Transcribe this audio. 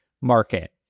market